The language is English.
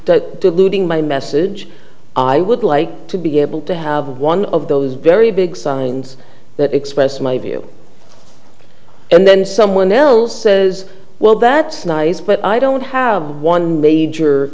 looting my message i would like to be able to have one of those very big signs that express my view and then someone else says well that's nice but i don't have one major